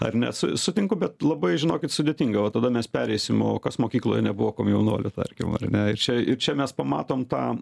ar ne su sutinku bet labai žinokit sudėtinga va tada mes pereisim o kas mokykloje nebuvo komjaunuoliu tarkim ar ne ir čia ir čia mes pamatom tą